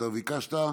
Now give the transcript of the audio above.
אתה ביקשת?